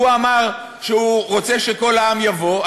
הוא אמר שהוא רוצה שכל העם יבוא,